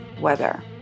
weather